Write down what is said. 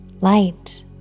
light